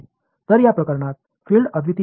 எனவே இந்த விஷயத்தில் புலங்கள் தனித்துவமாக இருக்கும்